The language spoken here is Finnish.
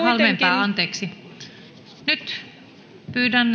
anteeksi nyt pyydän